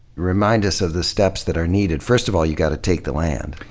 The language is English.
remind us of the steps that are needed. first of all, you've got to take the land.